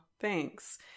Thanks